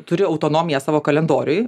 turi autonomiją savo kalendoriuj